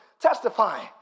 testifying